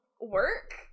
work